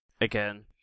Again